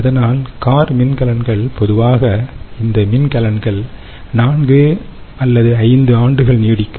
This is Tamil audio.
அதனால் கார் மின்கலன்கள் பொதுவாக இந்த மின்கலன்கள் 4 5 ஆண்டுகள் நீடிக்கும்